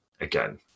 again